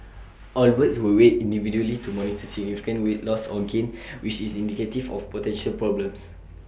all birds were weighed individually to monitor significant weight loss or gain which is indicative of potential health problems